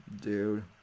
dude